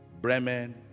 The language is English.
bremen